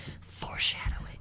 Foreshadowing